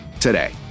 today